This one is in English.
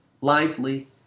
lively